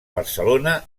barcelona